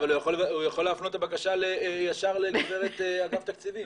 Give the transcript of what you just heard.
להפנות את הבקשה ישר למינהלת אגף תקציבים.